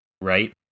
right